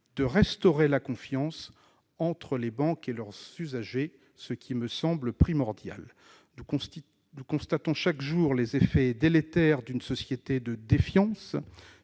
de restaurer la confiance entre les banques et les usagers- cela me semble primordial. Nous constatons chaque jour les effets délétères d'une société de défiance